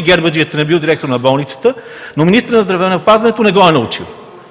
гербаджията е набил директора на болницата, но министърът на здравеопазването не го е научила.